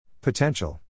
Potential